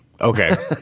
Okay